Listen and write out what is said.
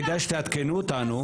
כדאי שתעדכנו אותנו,